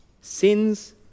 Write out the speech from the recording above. Sins